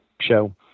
show